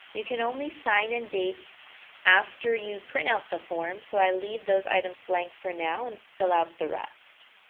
you can only sign and date after you print out the form, so i'll leave those items blank for now and fill out the rest.